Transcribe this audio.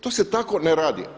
To se tako ne radi.